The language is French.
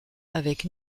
avec